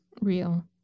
Real